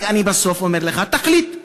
רק אני בסוף אומר לך: תחליט.